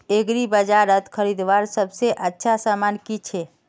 एग्रीबाजारोत खरीदवार सबसे अच्छा सामान की छे?